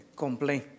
complain